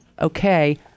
okay